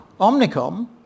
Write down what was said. Omnicom